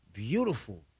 Beautiful